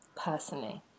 personally